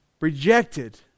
rejected